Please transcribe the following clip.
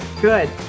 good